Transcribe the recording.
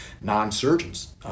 non-surgeons